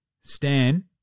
Stan